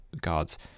God's